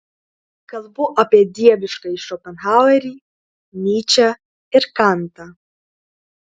kalbu apie dieviškąjį šopenhauerį nyčę ir kantą